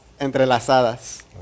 entrelazadas